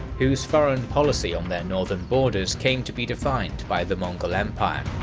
whose foreign policy on their northern borders came to be defined by the mongol empire.